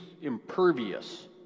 impervious